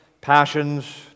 passions